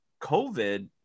COVID